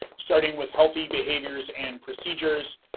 starting with healthy behaviors and procedures.